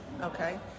Okay